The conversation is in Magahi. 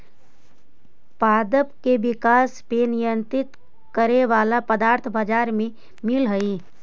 पादप के विकास के नियंत्रित करे वाला पदार्थ बाजार में मिलऽ हई